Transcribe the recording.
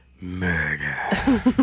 murder